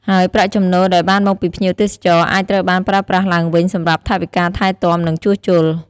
ហើយប្រាក់ចំណូលដែលបានមកពីភ្ញៀវទេសចរអាចត្រូវបានប្រើប្រាស់ឡើងវិញសម្រាប់ថវិកាថែទាំ និងជួសជុល។